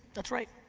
that's right.